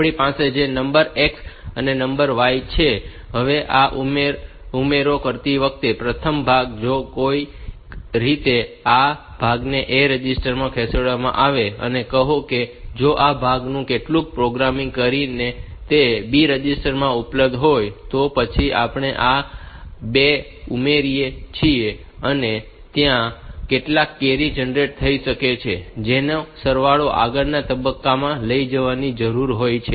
આપણી પાસે જે નંબર x અને નંબર y છે હવે આ ઉમેરો કરતી વખતે પ્રથમ ભાગ જો કોઈક રીતે આ ભાગને A રજિસ્ટર માં ખસેડવામાં આવે અને કહો કે જો આ ભાગનું કેટલુંક પ્રોગ્રામિંગ કરીને તે B રજિસ્ટર માં ઉપલબ્ધ હોય તો પછી આપણે આ 2 ઉમેરીએ છીએ અને ત્યાં કેટલાક કેરી જનરેટ થઈ શકે છે જેને સરવાળામાં આગળના તબક્કામાં લઈ જવાની જરૂર હોય છે